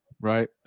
right